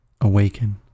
awaken